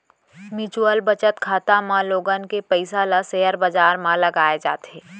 mutual बचत खाता म लोगन के पइसा ल सेयर बजार म लगाए जाथे